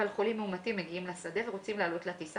אבל חולים מאומתים מגיעים לשדה ורוצים לעלות לטיסה